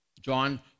John